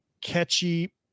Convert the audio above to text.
catchy